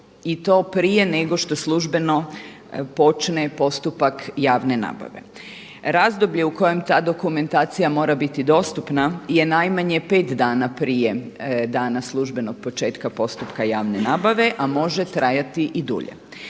i to prije nego što službeno počne postupak javne nabave. Razdoblje u kojem ta dokumentacija mora biti dostupna je najmanje pet dana prije dana službenog početka postupka javne nabave, a m ože trajati i dulje.